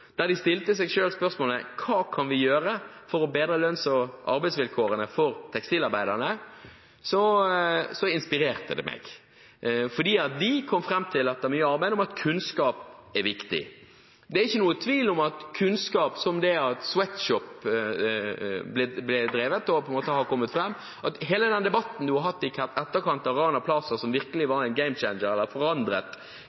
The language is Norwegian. Da 7.-klasse på Eiksmarka skole tok kontakt med meg fordi de hadde hatt et prosjekt på skolen der de stilte seg selv spørsmål om hva vi kan gjøre for å bedre lønns- og arbeidsvilkårene for tekstilarbeiderne, inspirerte det meg, for de kom etter mye arbeid fram til at kunnskap er viktig. Det er ingen tvil om at kunnskap om hvordan Sweatshop ble drevet, at det har kommet fram, og hele den debatten man har hatt i etterkant av Rana Plaza, som virkelig